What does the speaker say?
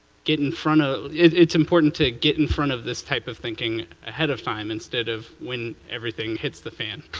get in front of. it's important to get in front of this type of thinking ahead of time, instead of when everything hits the fan.